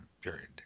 period